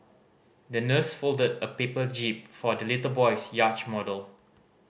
the nurse folded a paper jib for the little boy's yacht model